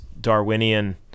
Darwinian